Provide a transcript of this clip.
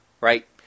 right